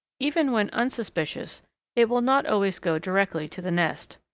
even when unsuspicious it will not always go directly to the nest.